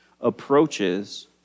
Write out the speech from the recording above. approaches